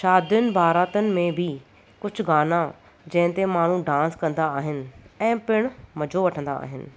शादीनि बारातुनि में बि कुझु गाना जंहिं ते माण्हू डांस कंदा आहिनि ऐं पिणु मज़ो वठंदा आहिनि